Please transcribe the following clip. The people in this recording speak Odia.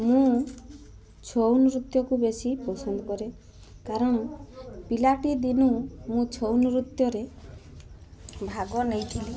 ମୁଁ ଛଉ ନୃତ୍ୟକୁ ବେଶୀ ପସନ୍ଦ୍ କରେ କାରଣ ପିଲାଟି ଦିନୁ ମୁଁ ଛଉ ନୃତ୍ୟରେ ଭାଗ ନେଇଥିଲି